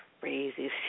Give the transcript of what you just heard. crazy